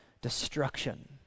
destruction